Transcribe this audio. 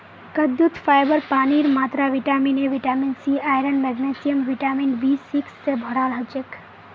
कद्दूत फाइबर पानीर मात्रा vitamin A vitamin C iron magnesium vitamin B six स भोराल हछेक